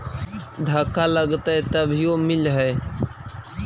धक्का लगतय तभीयो मिल है?